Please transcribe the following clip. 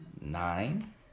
Nine